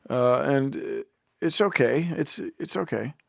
ah and it's ok, it's it's ok.